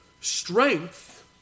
strength